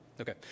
Okay